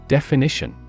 Definition